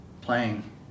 playing